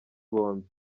bombi